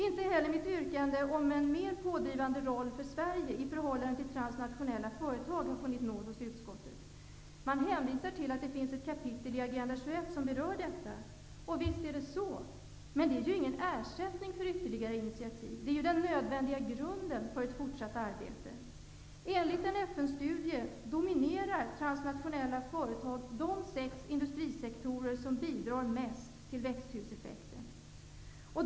Inte heller mitt yrkande om en mer pådrivande roll för Sverige i förhållande till transnationella företag har funnit nåd hos utskottet. Man hänvisar till att det finns ett kapitel i Agenda 21 som berör detta. Visst är det så. Men det är ingen ersättning för ytterligare initiativ. Det är den nödvändiga grunden för ett fortsatt arbete. Enligt en FN-studie dominerar transnationella företag de sex industrisektorer som bidrar mest till växthuseffekten.